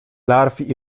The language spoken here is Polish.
larw